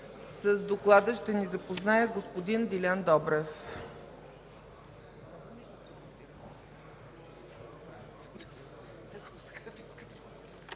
С доклада ще ни запознае господин Делян Добрев.